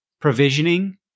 provisioning